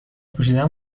پوشیدن